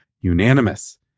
unanimous